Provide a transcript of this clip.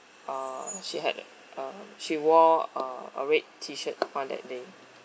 uh she had uh she wore uh a red tee shirt on that day